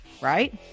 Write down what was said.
right